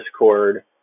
Discord